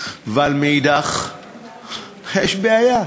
אבל מאידך גיסא יש בעיה,